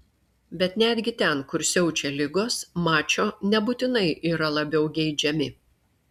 bet netgi ten kur siaučia ligos mačo nebūtinai yra labiau geidžiami